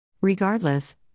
Regardless